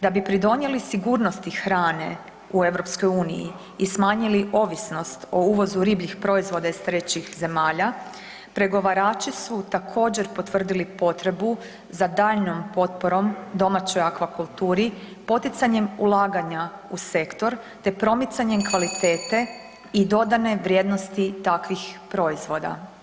Da bi pridonijeli sigurnosti hrane u Europskoj uniji i smanjili ovisnost o uvozu ribljih proizvoda iz trećih zemalja, pregovarači su također potvrdili potrebu za daljnjom potporom domaćoj akvakulturi poticanjem ulaganja u sektor te promicanjem kvalitete i dodane vrijednosti takvih proizvoda.